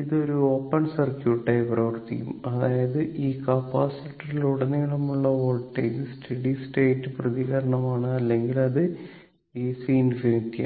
ഇത് ഒരു ഓപ്പൺ സർക്യൂട്ടായി പ്രവർത്തിക്കും അതായത് ഈ കപ്പാസിറ്ററിലുടനീളമുള്ള വോൾട്ടേജ് സ്റ്റഡി സ്റ്റേറ്റ് പ്രതികരണമാണ് അല്ലെങ്കിൽ അത് VC∞ ആണ്